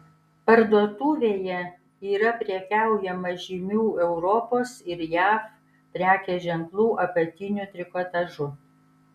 parduotuvėje yra prekiaujama žymių europos ir jav prekės ženklų apatiniu trikotažu